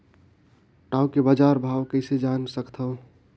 टाऊ के बजार भाव कइसे जान सकथव?